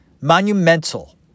monumental